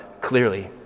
clearly